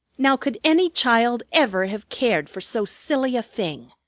now, could any child ever have cared for so silly a thing?